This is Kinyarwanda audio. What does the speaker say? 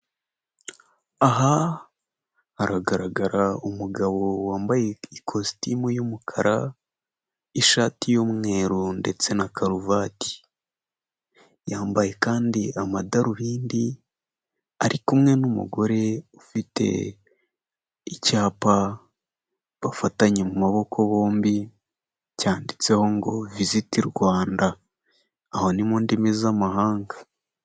Aha haragaragara umugabo wambaye ikositimu y'umukara, ishati y'umweru ndetse na karuvati, yambaye kandi amadarubindi, ari kumwe n'umugore ufite icyapa bafatanye mu maboko bombi, cyanditseho ngo Visit Rwanda, aho ni mu ndimi z'amahanga.